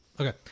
Okay